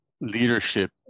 leadership